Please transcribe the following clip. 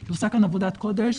היא עושה כאן עבוד\ת קודש.